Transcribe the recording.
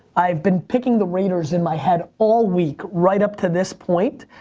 i've been picking the raiders in my head all week right up to this point,